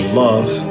love